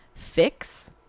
Fix